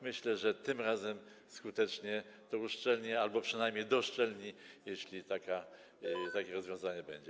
Myślę, że tym razem skutecznie to uszczelni albo przynajmniej doszczelni, jeśli takie rozwiązanie będzie.